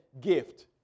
gift